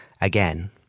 again